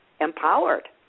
empowered